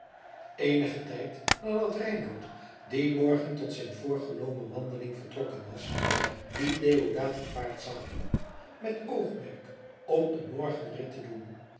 eenigen tijd nadat reinout dien morgen tot zijn voorgenomene wandeling vertrokken was liet deodaat een paard zadelen met oogmerk om een morgenrit te doen